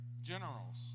generals